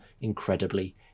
incredibly